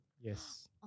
Yes